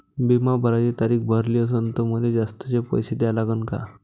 बिमा भराची तारीख भरली असनं त मले जास्तचे पैसे द्या लागन का?